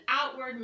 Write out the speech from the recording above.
outward